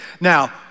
now